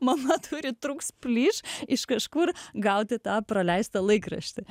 mama turi trūks plyš iš kažkur gauti tą praleistą laikraštį